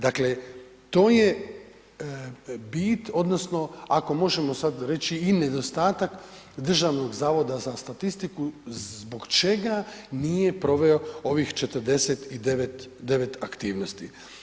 Dakle, to je bit odnosno ako možemo sad reći i nedostatak Državnog zavoda za statistiku zbog čega nije proveo ovih 49 aktivnosti.